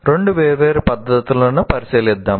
రెండు వేర్వేరు పద్ధతులను పరిశీలిద్దాం